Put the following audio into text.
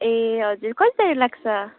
ए हजुर कहिलेदेखि लाग्छ